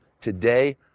today